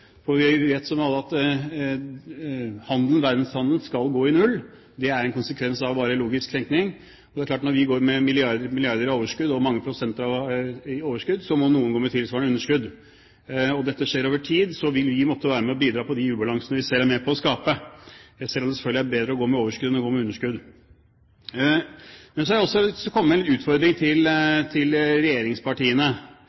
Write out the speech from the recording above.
For vi vet alle at verdenshandelen skal gå i null – det er en konsekvens av logisk tenkning. Og det er klart at når vi går med milliarder i overskudd og mange prosenter i overskudd, må noen gå med tilsvarende underskudd. Dette skjer over tid, så vi vil måtte være med på å bidra på de ubalansene vi selv er med på å skape – selv om det selvfølgelig er bedre å gå med overskudd enn å gå med underskudd. Men så har jeg også lyst til å komme med en utfordring til